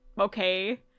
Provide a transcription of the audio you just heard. okay